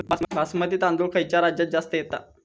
बासमती तांदूळ खयच्या राज्यात जास्त येता?